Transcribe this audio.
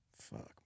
Fuck